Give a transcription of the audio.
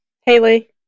Haley